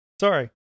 Sorry